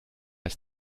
ist